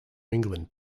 england